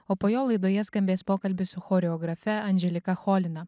o po jo laidoje skambės pokalbis su choreografe andželika cholina